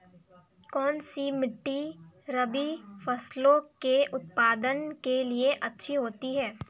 कौनसी मिट्टी रबी फसलों के उत्पादन के लिए अच्छी होती है?